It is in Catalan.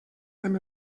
amb